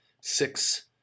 six